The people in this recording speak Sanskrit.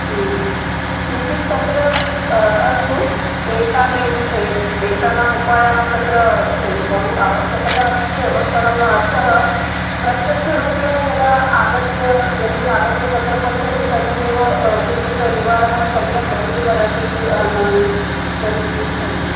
किमपि पत्रम् अस्तु एतानि एतानाम् उपायानां तत्र बहु आवश्यकता अस्ति एव परं सः प्रत्यक्षरूपेण यदा आगत्य यदि आगत्य तत्र पश्यति तर्हि एव किञ्चित् निवारणं सम्यक् भवितुमर्हतीति अहं मन्ये तर्हि अं